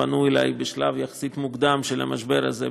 פנו אלי בשלב יחסית מוקדם של המשבר הזה,